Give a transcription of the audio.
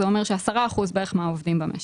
זאת אומרת ש-10% בערך מהעובדים במשק.